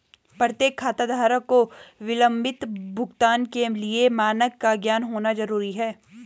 प्रत्येक खाताधारक को विलंबित भुगतान के लिए मानक का ज्ञान होना जरूरी है